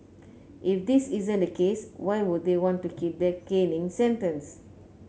if this isn't the case why would they want to keep their caning sentence